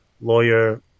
lawyer